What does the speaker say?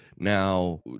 Now